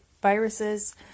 viruses